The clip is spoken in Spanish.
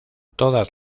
todas